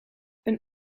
een